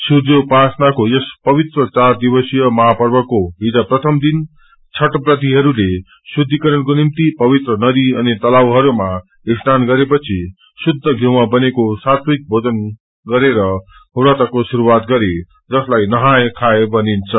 सूर्योपासनाको यस पवित्र चार दिवसीय महापर्वको हिज प्रथम दिन छठव्रतीहरूले शुद्धिकरणको निम्ति पवित्र नदी अनि तलावहरूमा स्नान गरेपछि शुद्ध धिउमा बनेको सात्विक भोजन गरेर व्रतको शुरूआत गरे जसलाई नहाय खाय भनिन्छ